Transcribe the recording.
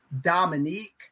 Dominique